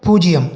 பூஜ்யம்